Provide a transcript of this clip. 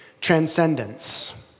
transcendence